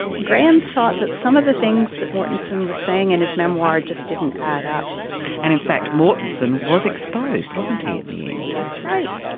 ah graham thought that some of the things that mortenson was saying in his memoir just didn't add up. and in fact mortenson was exposed, wasn't he, in the end. that's right,